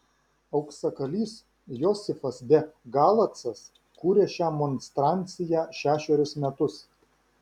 auksakalys josifas de galacas kūrė šią monstranciją šešerius metus